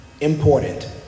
important